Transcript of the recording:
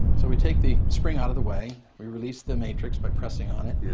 so we take the spring out of the way. we release the matrix by pressing on it. yeah.